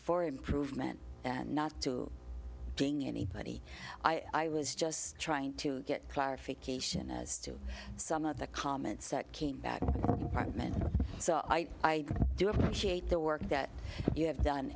for improvement and not to bring anybody i was just trying to get clarification as to some of the comments that came back then so i i do appreciate the work that you have done